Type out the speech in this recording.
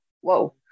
Whoa